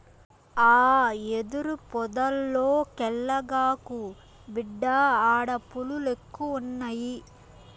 ఆ యెదురు పొదల్లోకెల్లగాకు, బిడ్డా ఆడ పులిలెక్కువున్నయి